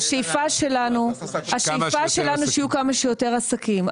השאיפה שלנו שיהיו כמה שיותר עסקים.